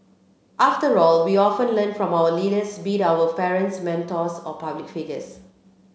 after all we often learn from our leaders be it our parents mentors or public figures